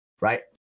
right